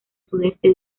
sudeste